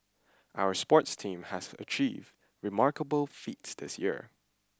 our sports teams have achieved remarkable feats this year